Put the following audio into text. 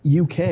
UK